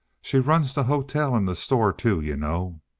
she runs the hotel and the store, too, you know.